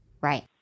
Right